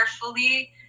carefully